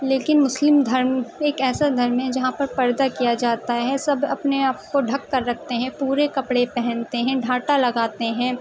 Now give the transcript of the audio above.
لیکن مسلم دھرم ایک ایسا دھرم ہے جہاں پر پردہ کیا جاتا ہے سب اپنے آپ کو ڈھک کر رکھتے ہیں پورے کپڑے پہنتے ہیں ڈھاٹا لگاتے ہیں